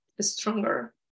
stronger